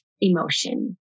emotion